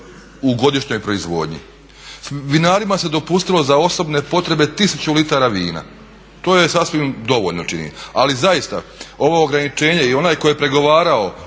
u godišnjoj proizvodnji. Vinarima se dopustilo za osobne potrebe tisuću litara vina, to je sasvim dovoljno čini mi se. Ali zaista, ovo ograničenje i onaj koji je pregovarao